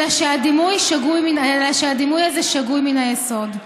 "אלא שהדימוי הזה שגוי מן היסוד.